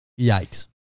Yikes